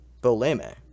Boleme